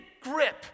grip